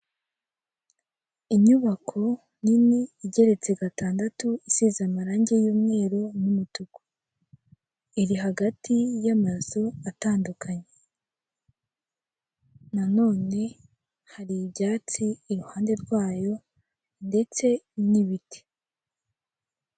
Inyubako nini igeretse gatandatu, isize amarangi y'umweru n'umutuku iri hagati y'amazu atandukanye, none hari ibyatsi iruhande rwayo ndetse n'ibiti.